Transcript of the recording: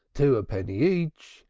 two a penny each,